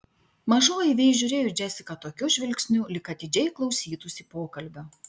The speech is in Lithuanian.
mažoji vei žiūrėjo į džesiką tokiu žvilgsniu lyg atidžiai klausytųsi pokalbio